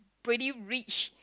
pretty rich